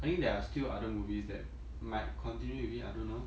I mean there are still other movies that might continue with it I don't know